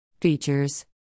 Features